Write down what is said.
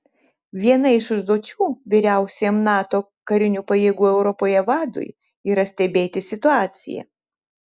viena iš užduočių vyriausiajam nato karinių pajėgų europoje vadui yra stebėti situaciją